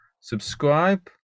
Subscribe